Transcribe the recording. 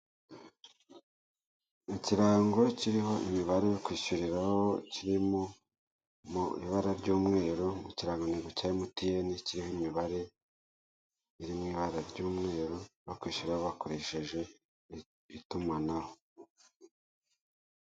Ikirango kiriho imobare yo kwishyuriraho kirimo ibara ry'umweru ikirangantego cya emutiyeni kiriho imibare iri mu ibara ry'umweru yo kwishyuriraho bakoresheje itumanaho.